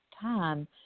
Time